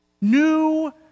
New